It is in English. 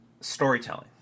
storytelling